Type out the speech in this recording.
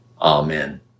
Amen